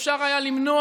שאפשר היה למנוע,